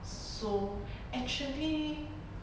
so actually